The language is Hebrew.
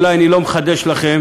אולי אני לא מחדש לכם,